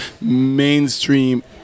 mainstream